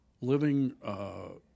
living